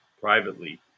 privately